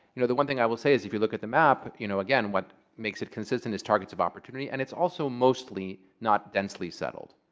you know the one thing i will say is if you look at the map, you know again, what makes it consistent is targets of opportunity. and it's also mostly not densely settled.